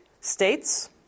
states